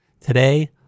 Today